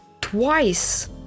twice